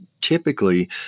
typically